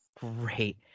Great